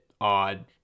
odd